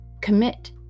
commit